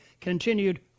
continued